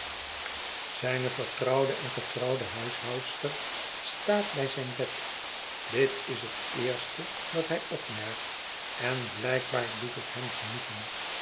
zijne vertrouwde en getrouwe huishoudster staat bij zijn bed dit is het eerste dat hij opmerkt en blijkbaar doet het hem genoegen